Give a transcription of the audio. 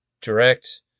direct